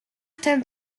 танд